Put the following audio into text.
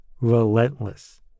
relentless